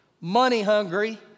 money-hungry